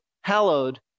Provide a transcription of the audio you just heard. hallowed